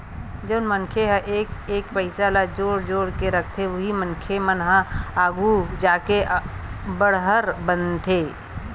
जउन मनखे ह एक एक पइसा ल जोड़ जोड़ के रखथे उही मनखे मन ह आघु जाके बड़हर बनथे